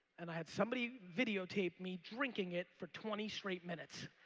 and i had somebody videotape me drinking it for twenty straight minutes.